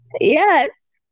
yes